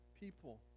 people